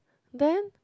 then